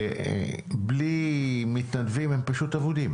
בלי מתנדבים הם פשוט אבודים.